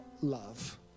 love